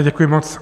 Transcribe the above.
Děkuji moc.